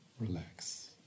relax